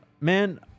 Man